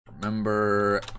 Remember